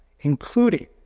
including